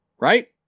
Right